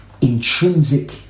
intrinsic